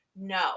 No